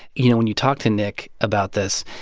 you know, when you talk to nick about this,